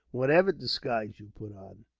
whatever disguise you put on?